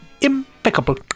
impeccable